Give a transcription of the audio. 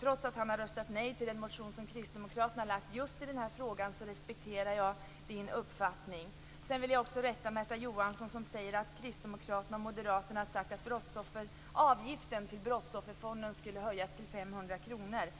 Trots att han har röstat nej till den motion som kristdemokraterna har lagt fram i den här frågan respekterar jag hans uppfattning. Sedan vill jag också rätta Märta Johansson. Hon säger att kristdemokraterna och moderaterna har sagt att avgiften till Brottsofferfonden skulle höjas till 500 kr.